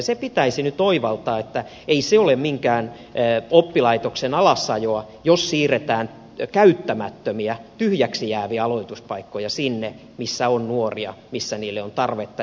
se pitäisi nyt oivaltaa että ei se ole minkään oppilaitoksen alasajoa jos siirretään käyttämättömiä tyhjäksi jääviä aloituspaikkoja sinne missä on nuoria missä aloituspaikoille on tarvetta